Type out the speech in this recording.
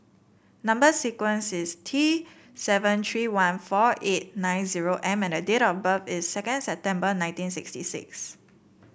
number sequence is T seven tree one four eight nine zero M and date of birth is second September nineteen sixty six